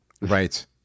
Right